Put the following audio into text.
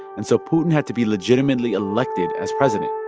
and so putin had to be legitimately elected as president.